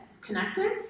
connected